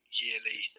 yearly